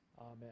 Amen